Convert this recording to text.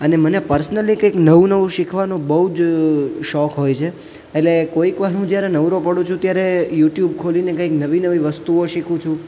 અને મને પર્સનલી કંઈક નવું નવું શીખવાનું બહુ જ શોખ હોય છે એટલે કોઈક વાર હું જ્યારે નવરો પડું છું ત્યારે યુટ્યુબ ખોલીને કંઈક નવી નવી વસ્તુઓ શીખું છું